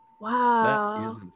wow